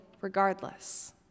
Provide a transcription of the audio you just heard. regardless